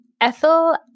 Ethel